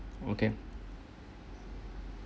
okay